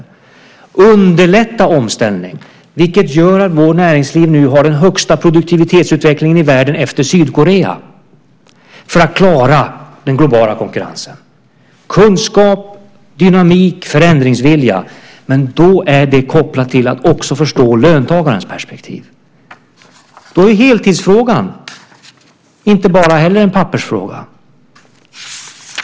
Vi underlättar omställning, vilket gör att vårt näringsliv nu har den högsta produktivitetsutvecklingen i världen efter Sydkorea, för att klara den globala konkurrensen. Kunskap, dynamik, förändringsvilja, men då är det kopplat till att också förstå löntagarnas perspektiv. Då är heltidsfrågan inte heller bara en pappersfråga.